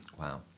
Wow